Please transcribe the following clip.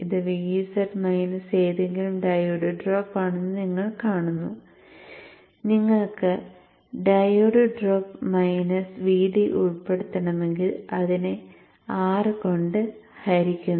ഇത് Vz minus ഏതെങ്കിലും diode drop ആണെന്ന് നിങ്ങൾ കാണുന്നു നിങ്ങൾക്ക് ഡയോഡ് ഡ്രോപ്പ് മൈനസ് Vd ഉൾപ്പെടുത്തണമെങ്കിൽ അതിനെ R കൊണ്ട് ഹരിക്കുന്നു